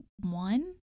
one